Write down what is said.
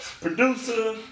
Producer